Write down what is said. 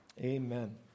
amen